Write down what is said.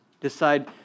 Decide